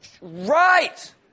Right